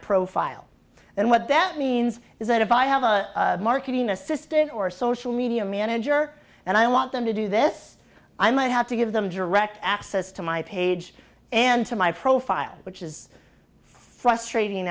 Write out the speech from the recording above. profile and what that means is that if i have a marketing assistant or social media manager and i want them to do this i might have to give them direct access to my page and to my profile which is frustrating